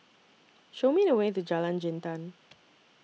Show Me The Way to Jalan Jintan